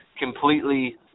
completely